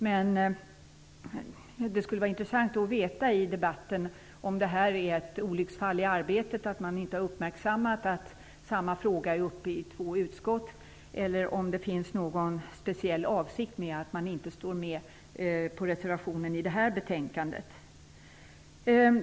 Men det skulle vara intressant att i debatten få veta om det är ett olycksfall i arbetet att dessa partier inte har uppmärksammat att samma fråga är uppe i två utskott eller om det finns någon speciell avsikt med att de inte finns med på reservationen i detta betänkande.